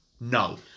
no